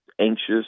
anxious